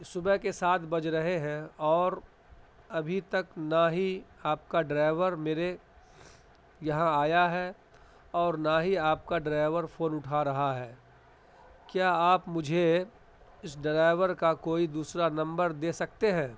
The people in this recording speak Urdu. صبح کے سات بج رہے ہیں اور ابھی تک نہ ہی آپ کا ڈرائیور میرے یہاں آیا ہے اور نہ ہی آپ کا ڈرائیور فون اٹھا رہا ہے کیا آپ مجھے اس ڈرائیور کا کوئی دوسرا نمبر دے سکتے ہیں